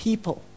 People